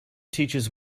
teaches